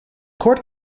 court